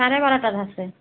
চাৰে বাৰটাত আছে